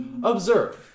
Observe